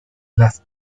las